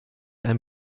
ein